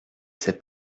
sais